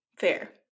Fair